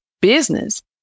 business